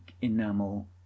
enamel